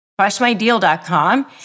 crushmydeal.com